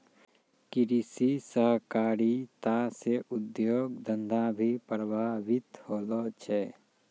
कृषि सहकारिता से उद्योग धंधा भी प्रभावित होलो छै